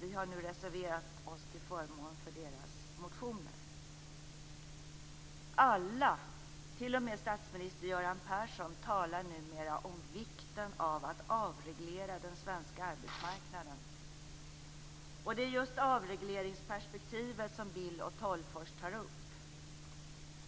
vi har nu reserverat oss till förmån för deras motioner. Alla, t.o.m. statsminister Göran Persson, talar numera om vikten av att avreglera den svenska arbetsmarknaden. Och det är just avregleringsperspektivet som Bill och Tolgfors tar upp.